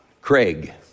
Craig